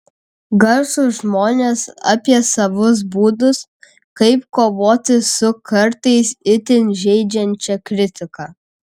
garsūs žmonės apie savus būdus kaip kovoti su kartais itin žeidžiančia kritika